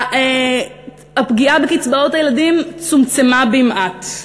הפגיעה בקצבאות הילדים צומצמה במעט.